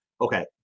okay